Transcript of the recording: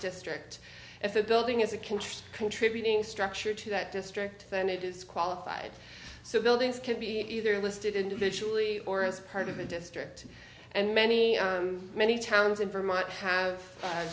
district if the building is a contract contributing structure to that district then it is qualified so buildings can be either listed individually or as part of a district and many many towns in vermont have